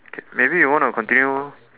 K maybe you want to continue